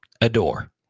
adore